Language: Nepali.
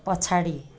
पछाडि